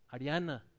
Ariana